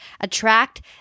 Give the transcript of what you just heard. attract